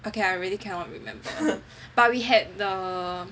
okay I really cannot remember but we had the